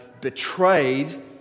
betrayed